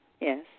Yes